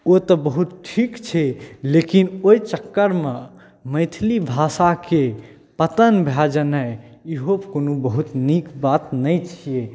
ओ तऽ बहुत ठीक छै लेकिन ओहि चक्करमे मैथिली भाषाके पतन भऽ जेनाइ इहो कोनो बहुत नीक बात नहि छिए